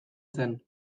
zen